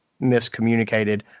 miscommunicated